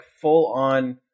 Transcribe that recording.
full-on